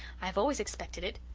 i have always expected it.